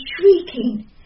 shrieking